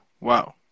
wow